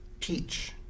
teach